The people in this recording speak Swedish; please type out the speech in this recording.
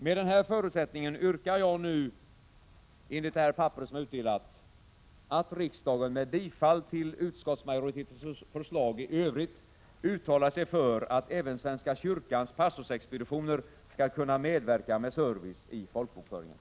Med den här förutsättningen yrkar jag nu under punkt 1, att riksdagen med bifall till utskottsmajoritetens förslag i övrigt uttalar sig för att även svenska kyrkans pastorsexpeditioner skall kunna medverka med service i folkbokföringen.